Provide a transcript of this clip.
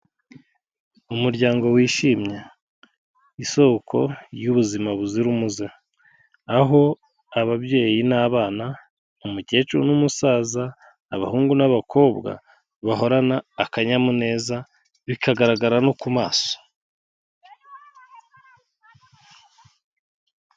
Umuryango wishimye isoko y'ubuzima buzira umuze, aho ababyeyi n'abana, umukecuru n'umusaza, abahungu n'abakobwa, bahorana akanyamuneza bikagaragara no ku maso.